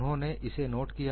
उन्होंने इसे नोट किया